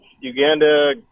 Uganda